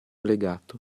legato